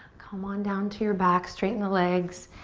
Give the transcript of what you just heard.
come on down to your back. straighten the legs.